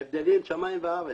ההבדלים שמיים וארץ.